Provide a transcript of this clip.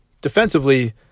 Defensively